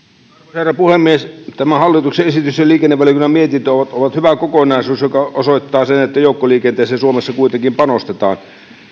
herra puhemies tämä hallituksen esitys ja liikennevaliokunnan mietintö ovat ovat hyvä kokonaisuus mikä osoittaa sen että joukkoliikenteeseen suomessa kuitenkin panostetaan